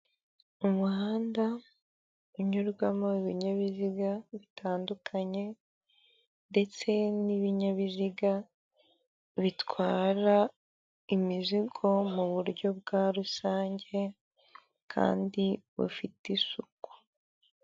Umuhanda unyurwamo ibinyabiziga bitandukanye ndetse n'ibinyabiziga bitwara imizigo mu buryo bwa rusange kandi bufite isuku.